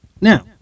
Now